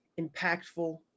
impactful